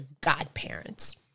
godparents